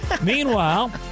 Meanwhile